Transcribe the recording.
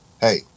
hey